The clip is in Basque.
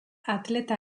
atleta